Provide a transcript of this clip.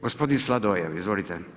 Gospodin Sladoljev, izvolite.